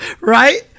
right